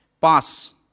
pass